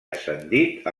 ascendit